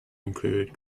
include